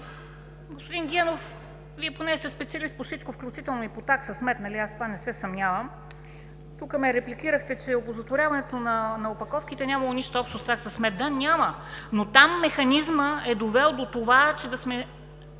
Господин Генов, Вие поне сте специалист по всичко, включително и по такса смет, аз в това не се съмнявам, ме репликирахте, че оползотворяването на опаковките нямало нищо общо с такса смет. Да, няма. Но там механизмът е довел до това, че да сме